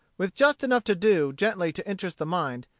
with just enough to do gently to interest the mind,